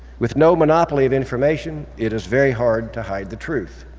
with no monopoly of information, it is very hard to hide the truth.